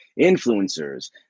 influencers